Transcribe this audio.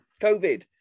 COVID